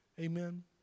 Amen